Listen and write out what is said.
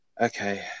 Okay